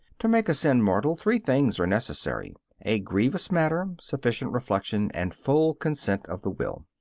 to make a sin mortal three things are necessary a grievous matter, sufficient reflection, and full consent of the will.